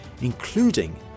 including